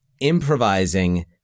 improvising